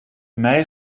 mij